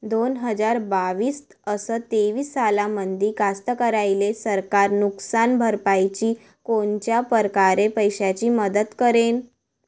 दोन हजार बावीस अस तेवीस सालामंदी कास्तकाराइले सरकार नुकसान भरपाईची कोनच्या परकारे पैशाची मदत करेन?